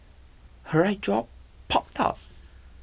her right jaw popped out